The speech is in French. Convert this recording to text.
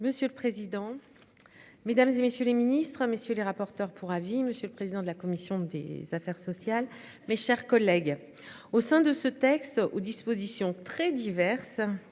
Monsieur le président. Mesdames et messieurs les ministres, messieurs les rapporteurs pour avis, monsieur le président de la commission des affaires sociales, mes chers collègues. Au sein de ce texte aux dispositions très diverses